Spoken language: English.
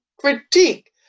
critique